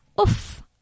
oof